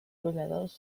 brolladors